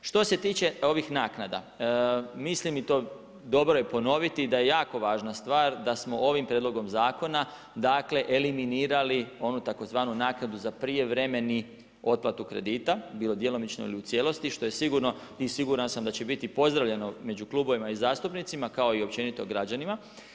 Što se tiče ovih naknada, mislim i to dobro je ponoviti, da je jako važna stvar da smo ovim prijedlogom zakona, dakle eliminirali onu tzv. naknadu za prijevremenu otplatu kredita, bilo djelomično ili u cijelosti što sigurno i siguran sam da će biti pozdravljeno među klubovima i zastupnicima kao i općenito građanima.